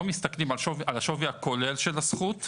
לא מתסכלים על השווי הכולל של הזכות במקרקעין,